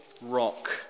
rock